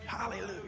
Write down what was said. Hallelujah